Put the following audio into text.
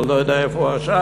אני לא יודע איפה הוא עכשיו,